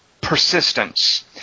persistence